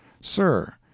Sir